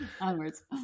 onwards